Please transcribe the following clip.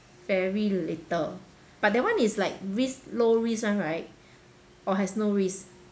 very little but that one is like risk low risk one right or has no risk